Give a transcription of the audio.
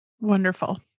Wonderful